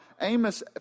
Amos